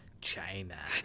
China